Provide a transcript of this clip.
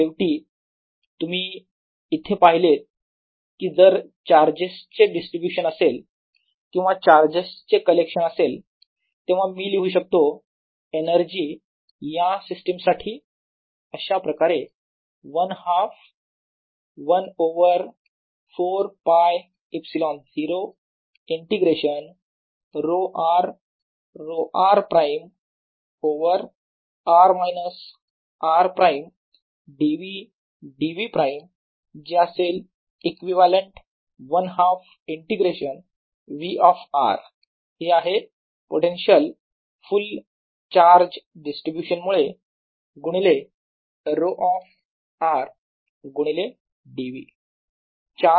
शेवटी तुम्ही इथं पाहिलेत की जर चार्जेस चे डिस्ट्रीब्यूशन असेल किंवा चार्जेस चे कलेक्शन असेल तेव्हा मी लिहू शकतो एनर्जी या सिस्टिम्स साठी अशाप्रकारे 1 half 1 over 4 π ε0 integration ρ r ρ r prime over r minus r prime d v d v प्राईम जे असेल equivalent 1 half integration v of r हे आहे पोटेन्शिअल फुल चार्ज डिस्ट्रीब्यूशन मुळे गुणिले ρ ऑफ r गुणिले d v